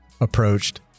approached